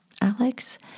Alex